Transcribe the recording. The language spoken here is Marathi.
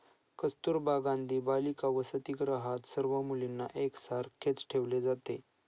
कस्तुरबा गांधी बालिका वसतिगृहात सर्व मुलींना एक सारखेच ठेवले जाते